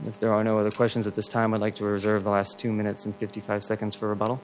if there are no other questions at this time i'd like to reserve the last two minutes and fifty five seconds for a bo